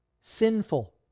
Sinful